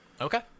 Okay